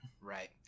Right